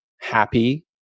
happy